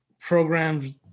programs